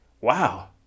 wow